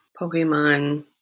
Pokemon